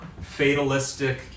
fatalistic